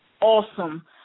awesome